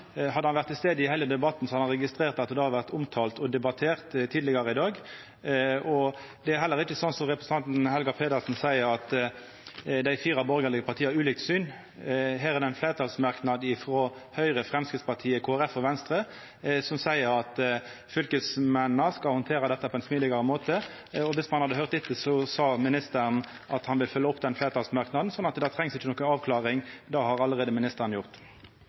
Hadde han vore til stades i heile debatten, hadde han registrert at det har vore omtala og debattert tidlegare i dag. Det er heller ikkje sånn, som representanten Helga Pedersen seier, at dei fire borgarlege partia har ulikt syn. Her er det ein fleirtalsmerknad frå Høgre, Framstegspartiet, Kristeleg Folkeparti og Venstre som seier at fylkesmennene skal handtera dette på ein smidigare måte. Viss ein hadde høyrt etter, sa ministeren at han vil følgja opp den fleirtalsmerknaden, så det trengs ikkje noka avklaring, det har allereie ministeren gjort.